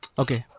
ok.